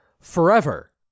forever